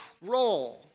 role